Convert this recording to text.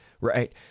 right